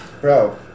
Bro